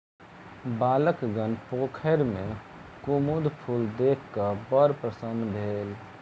बालकगण पोखैर में कुमुद फूल देख क बड़ प्रसन्न भेल